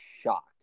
shocked